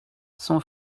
son